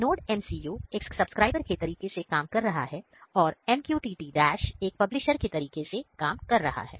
NodeMCU एक subscriber के तरीके से काम कर रहा है और MQTT Dash एक पब्लिशर के तरीके से काम कर रहा है